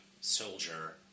soldier